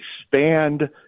expand